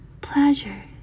pleasure